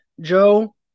Joe